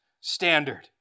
standard